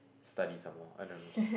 study some more I don't know